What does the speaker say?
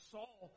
Saul